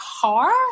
car